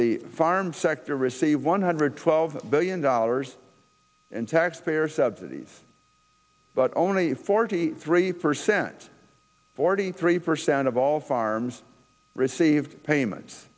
the farm sector received one hundred twelve billion dollars in taxpayer subsidies but only forty three percent forty three percent of all farms receive payments